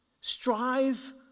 Strive